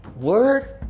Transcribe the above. Word